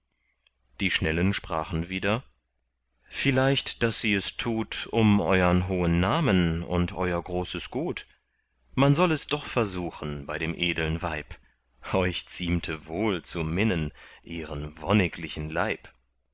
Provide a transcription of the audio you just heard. die schnellen sprachen wieder vielleicht daß sie es tut um euern hohen namen und euer großes gut man soll es doch versuchen bei dem edeln weib euch ziemte wohl zu minnen ihren wonniglichen leib